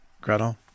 Gretel